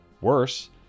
Worse